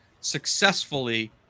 successfully